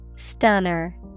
Stunner